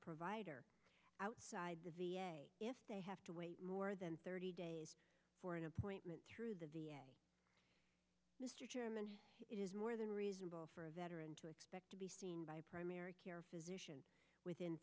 provider outside the v a if they have to wait more than thirty days for an appointment through the v a mr chairman it is more than reasonable for a veteran to expect to be seen by a primary care physician within